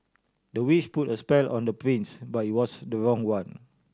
the witch put a spell on the prince but it was the wrong one